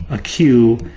a q,